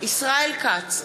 ישראל כץ,